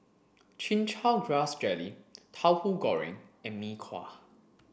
chin chow grass jelly tauhu goreng and mee kuah